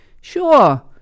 Sure